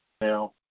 Now